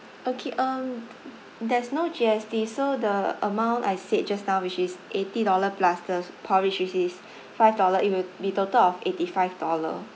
okay um there's no G_S_T so the amount I said just now which is eighty dollar plus the porridge which is five dollar it will be total of eighty five dollar